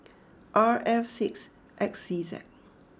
R F six X C Z